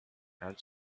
and